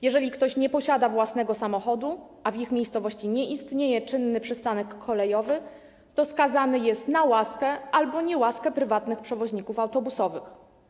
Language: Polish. Jeżeli ktoś nie posiada własnego samochodu, a w jego miejscowości nie istnieje czynny przystanek kolejowy, to skazany jest na łaskę albo niełaskę prywatnych przewoźników autobusowych.